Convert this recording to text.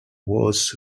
was